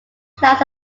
clouds